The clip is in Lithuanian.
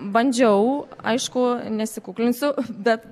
bandžiau aišku nesikuklinsiu bet